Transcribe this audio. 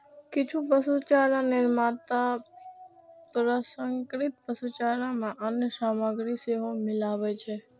किछु पशुचारा निर्माता प्रसंस्कृत पशुचारा मे अन्य सामग्री सेहो मिलबै छै